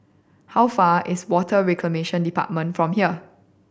how far is Water Reclamation Department from here